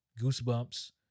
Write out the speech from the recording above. Goosebumps